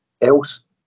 else